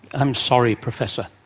i'm sorry, professor,